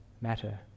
matter